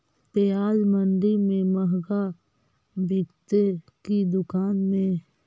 प्याज मंडि में मँहगा बिकते कि दुकान में?